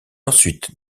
ensuite